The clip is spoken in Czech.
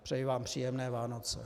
Přeji vám příjemné Vánoce.